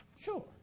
Sure